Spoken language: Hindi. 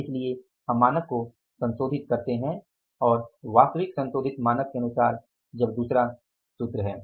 इसलिए हम मानक को संशोधित करते हैं और वास्तविक संशोधित मानक के अनुसार हो तब दूसरा सूत्र है